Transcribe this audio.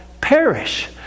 perish